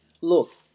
look